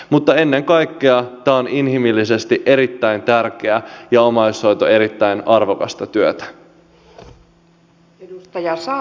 mutta ennen kaikkea tämä on inhimillisesti erittäin tärkeää ja omaishoito erittäin arvokasta työtä